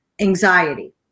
anxiety